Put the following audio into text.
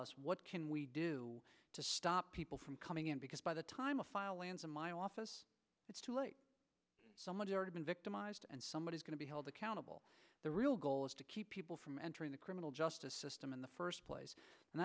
us what can we do to stop people from coming in because by the time a file lands in my office it's too late somebody already been victimized and somebody is going to be held accountable the real goal is to keep people from entering the criminal justice system in the first place and